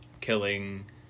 killing